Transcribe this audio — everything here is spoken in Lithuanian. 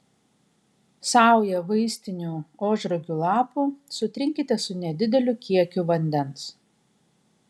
saują vaistinių ožragių lapų sutrinkite su nedideliu kiekiu vandens